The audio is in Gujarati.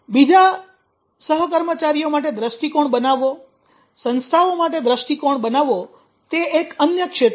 બીજા લોકો સહકર્મચારીઓ માટે દ્રષ્ટિકોણ બનાવવો સંસ્થાઓ માટે દ્રષ્ટિકોણ બનાવવો તે એક અન્ય ક્ષેત્ર છે